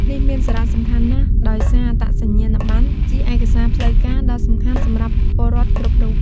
នេះមានសារៈសំខាន់ណាស់ ដោយសារអត្តសញ្ញាណប័ណ្ណជាឯកសារផ្លូវការដ៏សំខាន់សម្រាប់ពលរដ្ឋគ្រប់រូប។